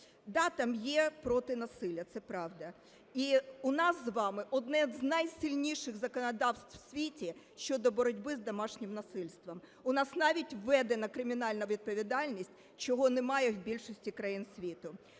Да, там є проти насилля, це правда. І в нас із вами одне з найсильніших законодавств у світі щодо боротьби з домашнім насильством. У нас навіть введено кримінальну відповідальність, чого немає в більшості країн світу.